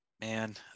Man